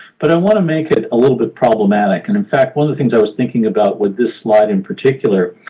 but i want to make it a little bit problematic. and in fact, one of the things i was thinking about with this slide in particular,